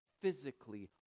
physically